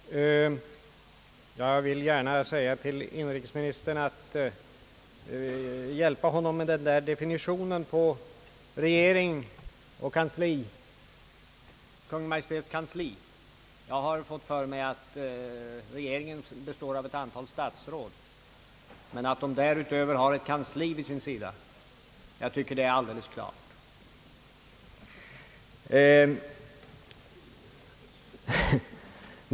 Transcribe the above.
Herr talman! Jag vill gärna hjälpa inrikesministern med att definiera skillnaden mellan regeringen och Kungl. Maj:ts kansli. Jag har fått för mig att regeringen består av ett antal statsråd men att dessa därutöver har ett kansli vid sin sida. Jag tycker att det är alldeles klart.